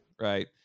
Right